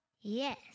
Yes